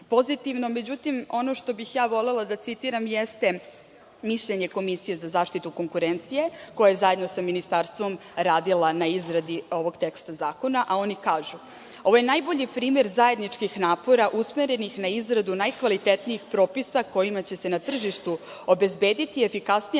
međutim, ono što bih volela da citiram jeste mišljenje Komisije za zaštitu konkurencije, koja je, zajedno sa Ministarstvom, radila na izradi ovog teksta zakona, a oni kažu: ovo je najbolji primer zajedničkih napora usmerenih na izradu najkvalitetnijih propisa kojima će se na tržištu obezbediti efikasnija